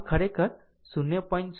આમ આ ખરેખર 0